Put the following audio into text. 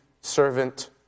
servant